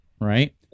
right